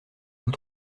vous